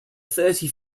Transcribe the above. thirty